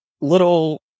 little